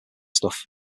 stuff